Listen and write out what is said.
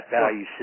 value